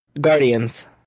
Guardians